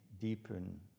deepen